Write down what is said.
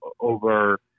over